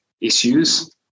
issues